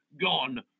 gone